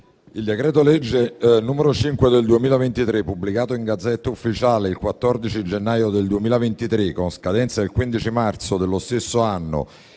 il decreto-legge n. 5 del 2023, pubblicato in *Gazzetta Ufficiale* il 14 gennaio 2023, con scadenza il 15 marzo dello stesso anno